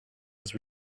was